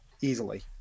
easily